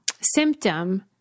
symptom